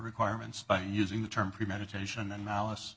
requirements by using the term premeditation and malice